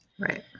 Right